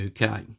uk